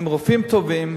הם רופאים טובים,